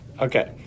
Okay